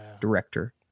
director